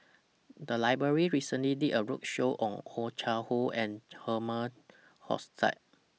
The Library recently did A roadshow on Oh Chai Hoo and Herman Hochstadt